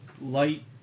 Light